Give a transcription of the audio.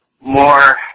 more